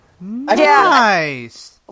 Nice